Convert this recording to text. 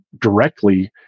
directly